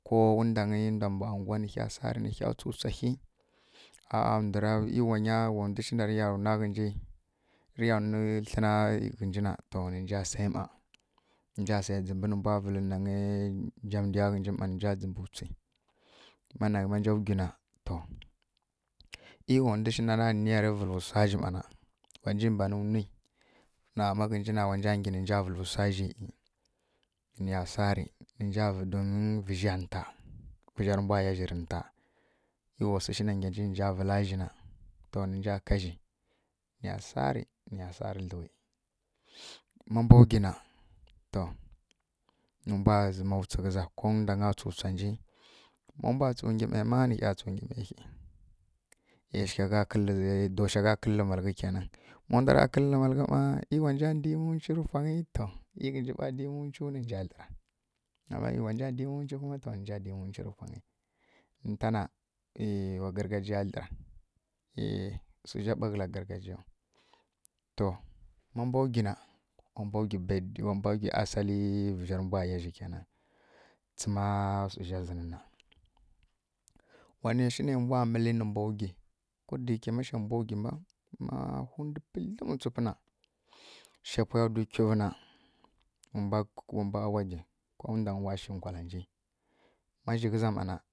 Ko wundwanyi ndwa mbwǝ anguwa nǝ ɦya saarǝ nǝɦya tswu tswa ɦyi ei wa ndwi shi narǝya wna ghǝnji rǝya wni tlǝna ghǝnji na to ninja se ˈma nǝnja se dzǝmbi nǝ mbwa vǝlǝ nangai njamdiya ghǝnji ˈma nǝnja dzǝmbǝ wtsi mana manja wgi na to ei wa ndwi shi nara niyarǝ vǝlǝ wsa zji ˈmana wanji mbanǝ wni na maghǝmji na wanja ghi nǝnja vǝlǝ wsa zji to niya saari nǝnja vǝlǝ don vǝzjiya nǝta vǝzjarǝ mbwa yazjǝri nǝnta ei wa wsu shi narinja ghi nǝnja vǝla zjina to nǝja ka zji niya saari niya saarǝ dluwi ma mbwa wgina to nǝ mbwa zǝma wtsi ghǝza ko wundanya wtsu wtsanji ma mbwa tsu nghi ˈme ma nǝɦya tsu ngǝ ˈme ɦi dosha gha kǝllǝ malghǝ kenan ma ndwara kǝllǝ malghlǝ ˈma mi wanja ngi ninja di mǝwchi to ei ghǝnja di mǝ wchiwi nǝ ghǝnja dlǝra mi wanja di mǝwchi kuma nǝnja di mǝwchi nintana wa gargajiya dlǝra ehh suzja ɓa kǝla gargajiyau to ma bwa wgi na to wa mbwa wgi assali vǝzjarǝ mbwa yazjirǝ kennan tsǝma suzjzi nina wana shi ne mbwa mǝli nǝ mbwa wgi ko da yake ma zje mbwa dwu maa ma hundǝ pǝdlǝmǝ wtsupǝ na zje pwaya wgi kwivǝ na wa mba waji kowundangy wa shi nkwalanji ma zji ghǝza ˈma na